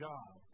God